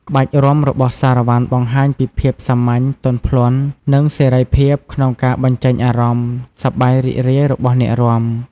ក្បាច់រាំរបស់សារ៉ាវ៉ាន់បង្ហាញពីភាពសាមញ្ញ ទន់ភ្លន់ និងសេរីភាពក្នុងការបញ្ចេញអារម្មណ៍សប្បាយរីករាយរបស់អ្នករាំ។